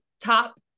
top